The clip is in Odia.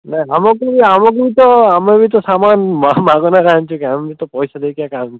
ନ ଆମକୁ ଆମକୁ ତ ଆମେବି ତ ସାମାନ କଣ ମାଗେଣାରେ ଆଣୁଛୁକେ ଆମେବି ତ ପଇସା ଦେଇକି ଏକା ଆଣୁଛୁ